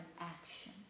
action